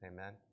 Amen